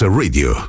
radio